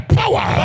power